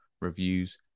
reviews